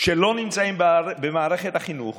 שלא נמצאים במערכת החינוך